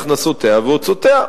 הכנסותיה והוצאותיה,